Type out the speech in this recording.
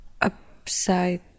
upside